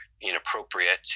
inappropriate